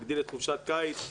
נגדיל את חופשת הקיץ.